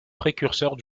précurseurs